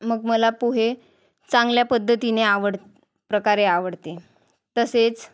मग मला पोहे चांगल्या पद्धतीने आवड प्रकारे आवडते तसेच